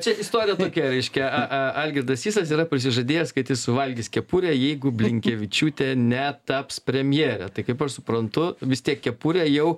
čia istorija tokia reiškia a a algirdas sysas yra prisižadėjęs kad jis suvalgys kepurę jeigu blinkevičiūtė netaps premjere tai kaip aš suprantu vis tiek kepurė jau